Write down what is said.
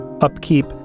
Upkeep